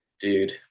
dude